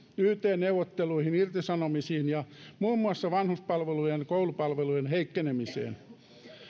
yt neuvotteluihin irtisanomisiin ja muun muassa vanhuspalvelujen ja koulupalvelujen heikkenemiseen